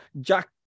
Jack